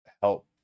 help